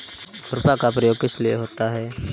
खुरपा का प्रयोग किस लिए होता है?